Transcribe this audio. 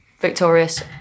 victorious